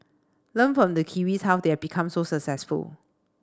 learn from the Kiwis how they have become so successful